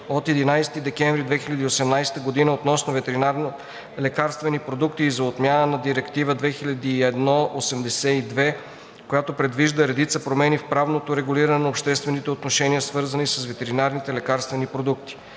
от 11 декември 2018 г. относно ветеринарните лекарствени продукти и за отмяна на Директива 2001/82/ЕО, който предвижда редица промени в правното регулиране на обществените отношения, свързани с ветеринарните лекарствени продукти.